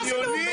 מה זה לאומית?